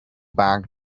back